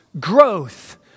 growth